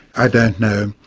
i don't know,